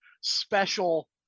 special